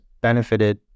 benefited